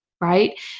right